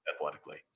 athletically